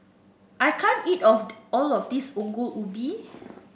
I can't eat of all of this Ongol Ubi